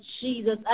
Jesus